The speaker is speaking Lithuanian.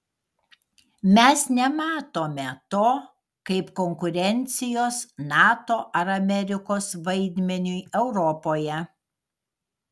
mes nematome to kaip konkurencijos nato ar amerikos vaidmeniui europoje